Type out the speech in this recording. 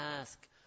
ask